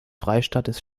freistaates